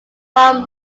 farm